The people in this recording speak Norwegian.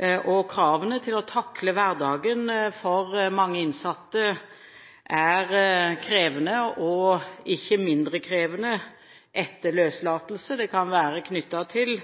Å takle hverdagen er for mange innsatte krevende, og det blir ikke mindre krevende etter løslatelse. Det kan være knyttet til